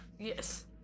Yes